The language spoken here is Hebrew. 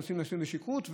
אנשים נוסעים בשכרות,